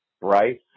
Bryce